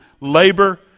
labor